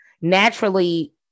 naturally